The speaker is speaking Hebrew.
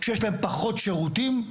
שיש להם פחות שירותים,